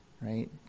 Right